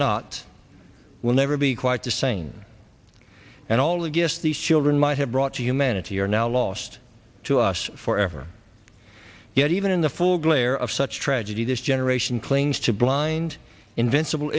not will never be quite to seyn and all of us these children might have brought to humanity are now lost to us forever yet even in the full glare of such tragedy this generation clings to blind invincible